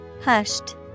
Hushed